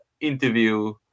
interview